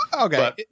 Okay